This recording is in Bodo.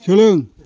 सोलों